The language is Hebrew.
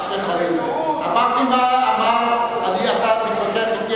למה לא?